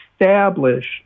established